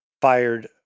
fired